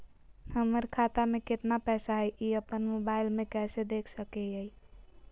हमर खाता में केतना पैसा हई, ई अपन मोबाईल में कैसे देख सके हियई?